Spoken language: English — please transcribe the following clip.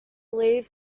leave